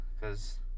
Cause